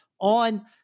on